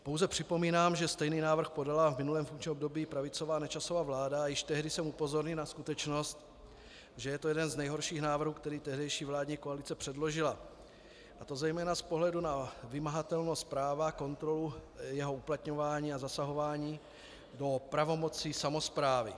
Pouze připomínám, že stejný návrh podala v minulém funkčním období pravicová Nečasova vláda a již tehdy jsem upozornil na skutečnost, že je to jeden z nejhorších návrhů, které tehdejší vládní koalice předložila, a to zejména z pohledu na vymahatelnost práva, kontrolu jeho uplatňování a zasahování do pravomocí samosprávy.